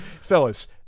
fellas